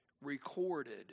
recorded